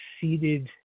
seated